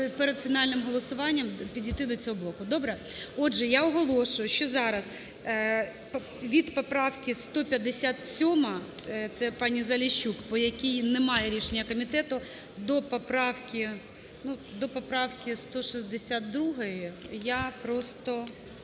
перед фінальним голосуванням підійти до цього блоку, добре? Отже, я оголошую, що зараз від поправки 157, це пані Заліщук, по якій немає рішення комітету, до поправки, до поправки